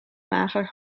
mager